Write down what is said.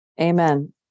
Amen